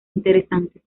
interesantes